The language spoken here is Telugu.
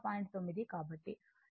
9